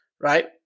right